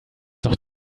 doch